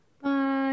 Bye